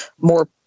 more